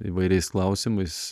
įvairiais klausimais